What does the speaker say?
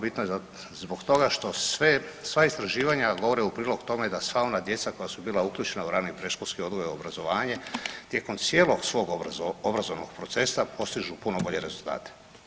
Bitno je zbog toga što sva istraživanja govore u prilog tome da sva ona djeca koja su bila uključena u rani predškolski odgoj i obrazovanje tijekom cijelog svog obrazovnog procesa postižu puno bolje rezultate.